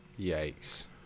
Yikes